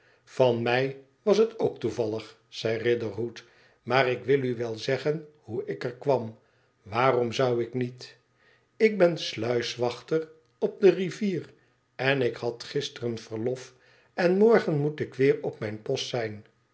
van mij was het ook toevallig zei riderhood maar ik wil u wel zeggen hoe ik er kwam waarom zou ik niet ik ben sluiswachter op de rivier en ik had gisteren verlof en morgen moet ik weer op mijn post zijn